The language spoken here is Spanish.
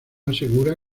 asegura